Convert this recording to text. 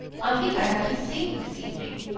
i think i heard her sing this evening.